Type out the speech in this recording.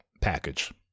package